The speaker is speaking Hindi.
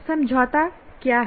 समझौता क्या है